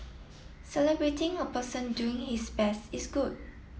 celebrating a person doing his best is good